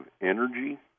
energy